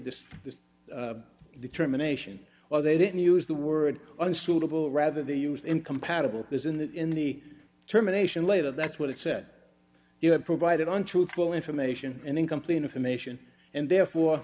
this the determination or they didn't use the word unsuitable rather they use incompatible is in the in the terminations later that's what it said you have provided on truthful information and incomplete information and therefore